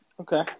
Okay